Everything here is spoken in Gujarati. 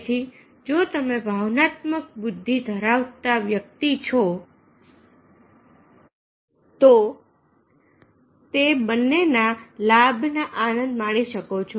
તેથી જો તમે ભાવનાત્મક બુદ્ધિ ધરાવતા વ્યક્તિ છો તો તે બંને ના લાભ ના આનંદ માણી શકો છો